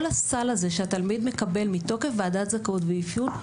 כל הסל הזה שהתלמיד מקבל מתוקף ועדת זכאות ואפיון,